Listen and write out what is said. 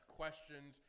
questions